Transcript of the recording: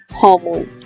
hormone